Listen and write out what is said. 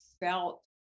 felt